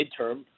midterm